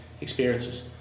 experiences